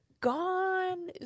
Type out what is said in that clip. gone